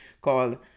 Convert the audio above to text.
called